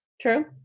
true